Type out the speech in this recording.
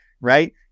right